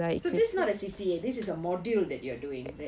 so this not a C_C_A this is a module that you are doing is it